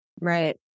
Right